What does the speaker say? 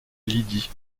lydie